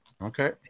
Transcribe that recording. Okay